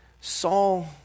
Saul